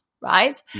right